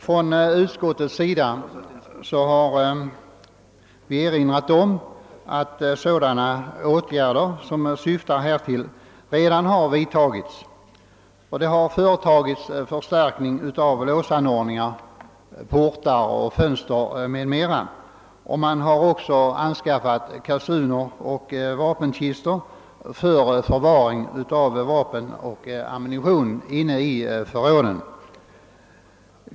Från utskottets sida har vi erinrat om att sådana åtgärder som syftar härtill redan har vidtagits. Låsanordningar, portar, fönster m.m. har förstärkts. Man har också anskaffat kassuner och vapenkistor för förvaring av vapen och ammunition inne i förråden.